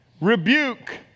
rebuke